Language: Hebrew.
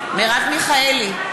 מרב מיכאלי,